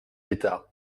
d’état